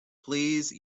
please